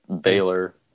Baylor